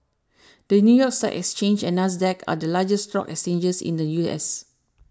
the New York Stock Exchange and NASDAQ are the largest stock exchanges in the U S